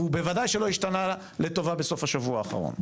ובוודאי שהוא לא השתנה לטובה שם בסוף השבוע האחרון,